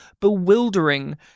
bewildering